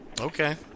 Okay